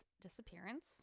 disappearance